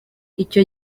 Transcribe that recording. icyo